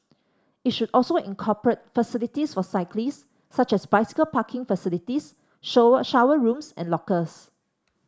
it should also incorporate facilities for cyclists such as bicycle parking facilities shower rooms and lockers